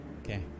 Okay